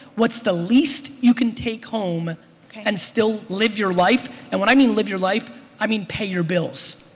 what's the least you can take home and still live your life and when i mean live your life i mean pay your bills.